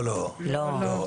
לא, לא.